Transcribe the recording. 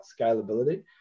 scalability